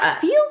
feels